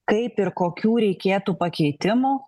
kaip ir kokių reikėtų pakeitimų